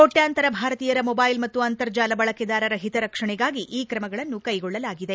ಕೋಟ್ಯಾಂತರ ಭಾರತೀಯರ ಮೊಬೈಲ್ ಮತ್ತು ಅಂತರ್ಜಾಲ ಬಳಕೆದಾರರ ಹಿತರಕ್ಷಣೆಗಾಗಿ ಈ ಕ್ರಮವನ್ನು ಕೈಗೊಳ್ಳಲಾಗಿದೆ